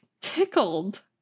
Tickled